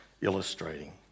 illustrating